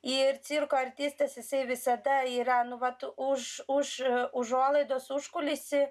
ir cirko artistas jisai visada yra nu vat už už užuolaidos užkulisy